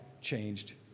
changed